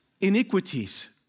iniquities